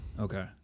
Okay